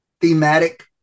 Thematic